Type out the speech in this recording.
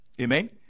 Amen